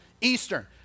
Eastern